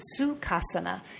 Sukhasana